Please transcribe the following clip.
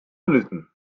minuten